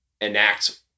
enact